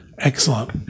Excellent